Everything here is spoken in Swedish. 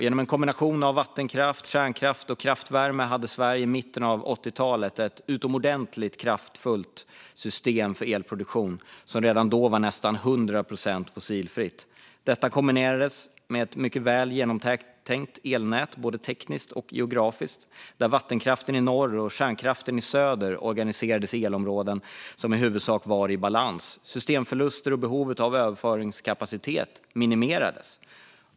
Genom en kombination av vattenkraft, kärnkraft och kraftvärme hade Sverige i mitten av 80-talet ett utomordentligt kraftfullt system för elproduktion som redan då var nästan 100 procent fossilfritt. Detta kombinerades med ett mycket väl genomtänkt elnät, både tekniskt och geografiskt, där vattenkraften i norr och kärnkraften i söder organiserades i elområden som i huvudsak var i balans. Systemförluster och behovet av överföringskapacitet minimerades.